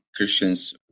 Christians